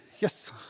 Yes